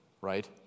right